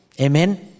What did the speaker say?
Amen